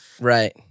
Right